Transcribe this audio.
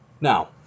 Now